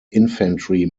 infantry